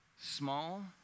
Small